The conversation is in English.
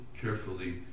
carefully